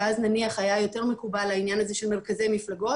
שאז נניח היה יותר מקובל העניין הזה של מרכזי מפלגות